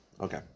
Okay